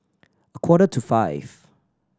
a quarter to five